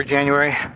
January